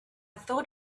thought